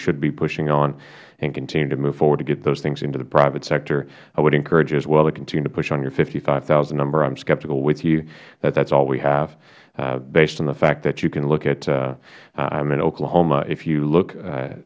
should be pushing on and continue to move forward to get those things into the private sector i would encourage you as well to continue to push on your fifty five thousand number i am skeptical with you that that is all we have based on the fact that you can look at i am in oklahoma if you look